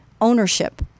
ownership